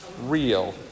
Real